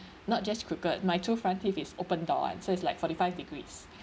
not just crooked my two front teeth is open door [one] so it's like forty five degrees